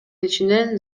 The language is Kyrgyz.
ичинен